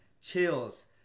chills